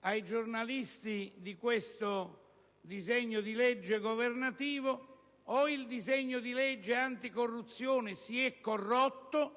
ai giornalisti di questo disegno di legge governativo, o il disegno di legge anticorruzione si è corrotto